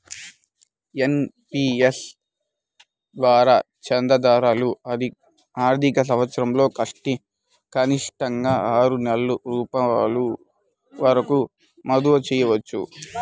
NPS ద్వారా చందాదారులు ఆర్థిక సంవత్సరంలో కనిష్టంగా ఆరు వేల రూపాయల వరకు మదుపు చేయవచ్చు